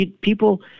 people